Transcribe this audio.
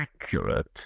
accurate